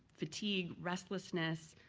fatigue, restlessness,